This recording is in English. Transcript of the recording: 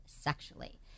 sexually